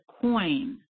coin